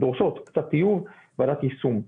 דורשות ועדת יישום.